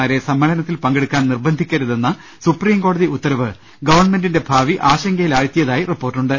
മാരെ സമ്മേ ളനത്തിൽ പങ്കെടുക്കാൻ നിർബന്ധിക്കരുതെന്ന സുപ്രീംകോടതി ഉത്ത രവ് ഗവൺമെന്റിന്റെ ഭാവി ആശങ്കയിലാഴ്ത്തിയതായി റിപ്പോർട്ടുണ്ട്